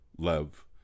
love